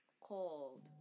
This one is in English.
called